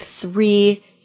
three